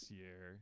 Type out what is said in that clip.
year